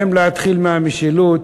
האם להתחיל מהמשילות,